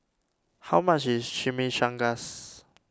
how much is Chimichangas